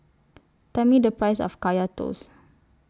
Tell Me The Price of Kaya Toast